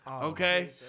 Okay